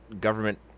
government